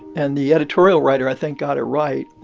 and the editorial writer, i think, got it right.